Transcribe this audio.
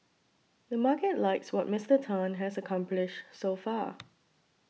the market likes what Mister Tan has accomplished so far